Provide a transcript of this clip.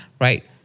Right